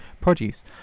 produce